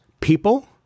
people